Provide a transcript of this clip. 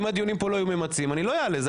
אם הדיונים כאן לא יהיו ממצים, אני לא אעלה את זה.